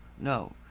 no